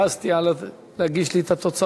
רגע, רגע, כבר הכרזתי, להגיש לי את התוצאות.